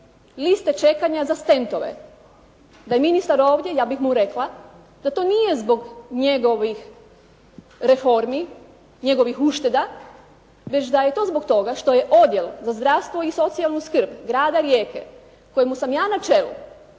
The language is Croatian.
liste čekanja za "Stentove". Da je ministar ovdje ja bih mu rekla, da to nije zbog njegovih reformi, njegovih ušteda, već da je to zbog toga što je Odjel za zdravstvo i socijalnu skrb, grada Rijeke kojemu sam ja na čelu